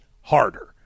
harder